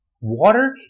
Water